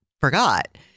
forgot